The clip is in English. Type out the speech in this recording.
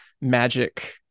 magic